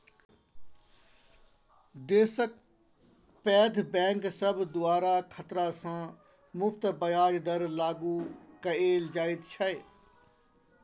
देशक पैघ बैंक सब द्वारा खतरा सँ मुक्त ब्याज दर लागु कएल जाइत छै